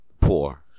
Poor